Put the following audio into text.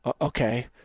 Okay